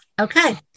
Okay